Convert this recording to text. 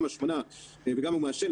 גם השמנה וגם הוא מעשן,